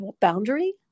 boundary